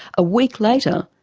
a week later,